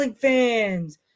Fans